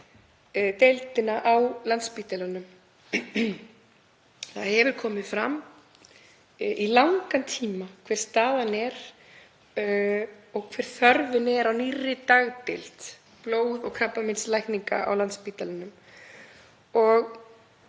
á Landspítalanum. Það hefur verið ljóst í langan tíma hver staðan er og hver þörfin er á nýrri dagdeild blóð- og krabbameinslækninga á Landspítalanum.